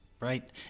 Right